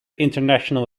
international